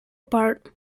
apart